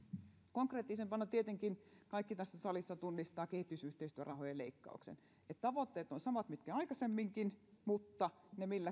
konkreettisimpana tietenkin kaikki tässä salissa tunnistavat kehitysyhteistyörahojen leikkauksen että tavoitteet ovat samat kuin aikaisemminkin mutta se millä